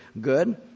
good